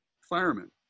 firemen